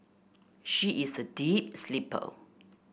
she is a deep sleeper